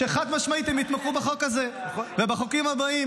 שחד-משמעית הם יתמכו בחוק הזה ובחוקים הבאים,